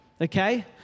okay